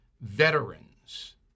veterans